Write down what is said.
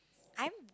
I'm